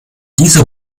diese